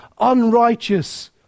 unrighteous